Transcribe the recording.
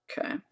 Okay